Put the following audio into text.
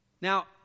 Now